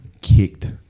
kicked